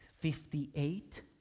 Fifty-eight